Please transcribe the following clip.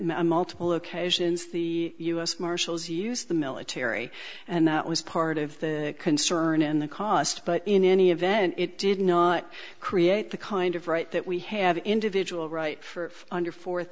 multiple occasions the u s marshals use the military and that was part of the concern and the cost but in any event it did not create the kind of right that we have an individual right for under four th